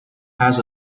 has